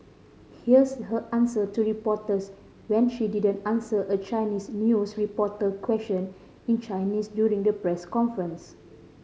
here's her answer to reporters when she didn't answer a Chinese news reporter question in Chinese during the press conference